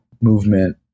movement